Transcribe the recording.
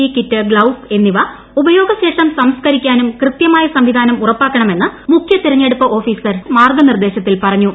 E kit gloves എന്നിവ ഉപയോഗശേഷം സംസ്കരിക്കാനും കൃത്യമായ സംവിധാനം ഉറപ്പാക്കണമെന്ന് മുഖ്യ തെരഞ്ഞെടുപ്പ് ഓഫീസർ മാർഗ്ഗനിർദ്ദേശത്തിൽ പറഞ്ഞു